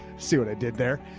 see what i did there.